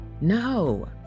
No